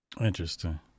Interesting